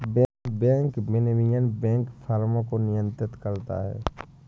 bank विनियमन banking फ़र्मों को नियंत्रित करता है